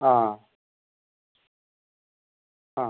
ആ ആ